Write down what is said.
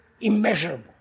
immeasurable